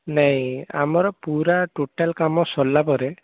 ନାଇଁ ଆମର ପୁରା ଟୋଟାଲ୍ କାମ ସାରିଲା ପରେ